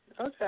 Okay